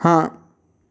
हाँ